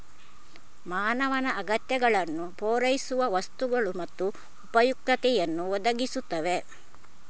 ಮಾನವನ ಅಗತ್ಯಗಳನ್ನು ಪೂರೈಸುವ ವಸ್ತುಗಳು ಮತ್ತು ಉಪಯುಕ್ತತೆಯನ್ನು ಒದಗಿಸುತ್ತವೆ